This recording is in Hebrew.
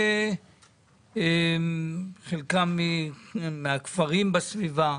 חלקם מהכפרים בסביבה.